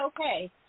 okay